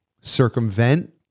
circumvent